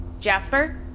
Jasper